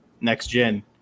next-gen